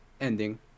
ending